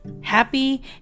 happy